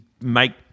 make